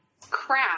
crap